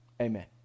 Amen